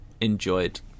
enjoyed